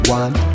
one